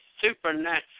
supernatural